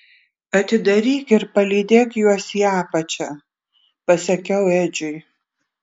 atidaryk ir palydėk juos į apačią pasakiau edžiui